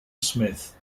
smith